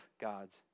God's